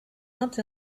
not